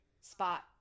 Spot